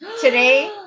today